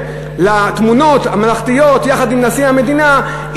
לתמונות הממלכתיות יחד עם נשיא המדינה,